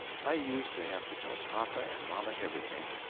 i used to have to tell papa and mama everything,